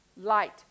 light